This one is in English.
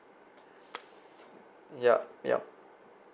yup yup